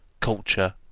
culture,